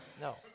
no